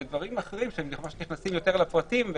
ודברים אחרים שנכנסים יותר לפרטים,